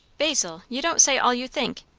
basil, you don't say all you think!